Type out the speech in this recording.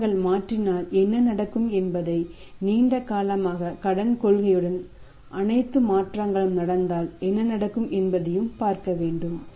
நிறுவனங்கள் மாற்றினால் என்ன நடக்கும் என்பதையும் நீண்ட காலமாக கடன் கொள்கையுடன் அனைத்து மாற்றங்களும் நடந்தால் என்ன நடக்கும் என்பதையும் பார்க்க வேண்டும்